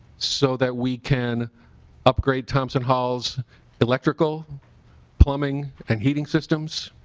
so that we can upgrade thompson halls electrical plumbing and heating systems